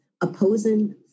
opposing